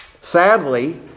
Sadly